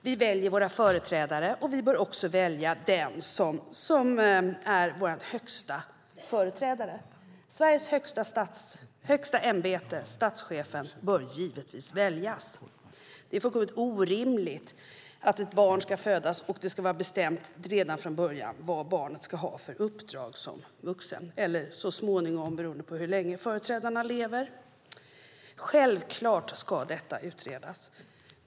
Vi väljer våra företrädare och vi bör också välja den som är vår högsta företrädare. Sveriges högsta ämbete, statschefen, bör givetvis väljas. Det är fullkomligt orimligt att det ska vara bestämt redan från början vad barnet som föds ska ha för uppdrag som vuxen eller så småningom, beroende på hur länge företrädarna lever. Självklart ska detta utredas.